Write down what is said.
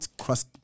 cross